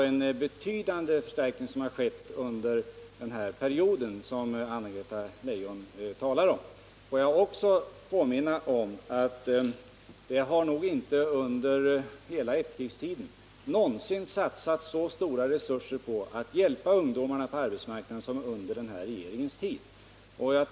En betydande förstärkning har 93 således skett under den period Anna-Greta Leijon talar om. Jag vill också påminna om att det under hela efterkrigstiden knappast någonsin har satsats så stora resurser på att hjälpa ungdomarna på arbetsmarknaden som under trepartiregeringens tid.